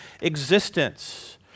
existence